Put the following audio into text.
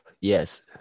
Yes